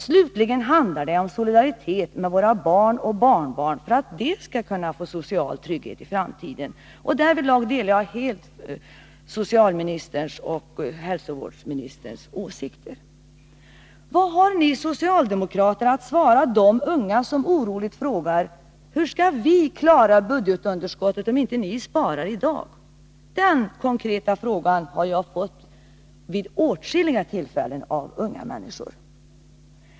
Slutligen handlar det om solidaritet med våra barn och barnbarn för att de skall kunna få social trygghet i framtiden. Därvidlag delar jag helt socialministerns och sjukvårdsministerns åsikter. Vad har ni socialdemokrater att svara de unga som oroligt frågar: Hur skall vi klara budgetunderskottet om inte ni sparar i dag? Den konkreta frågan har jag vid åtskilliga tillfällen fått av unga människor.